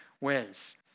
ways